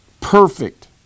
perfect